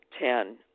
Ten